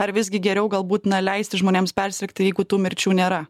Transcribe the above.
ar visgi geriau galbūt na leisti žmonėms persirgti jeigu tų mirčių nėra